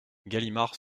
galimard